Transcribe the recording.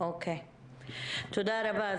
תודה רבה.